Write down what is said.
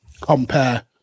compare